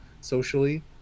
socially